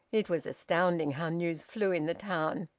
it was astounding how news flew in the town!